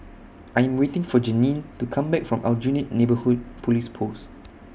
I Am waiting For Janene to Come Back from Aljunied Neighbourhood Police Post